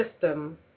system